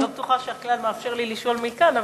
לא בטוחה שהכלל מאפשר לי לשאול מכאן,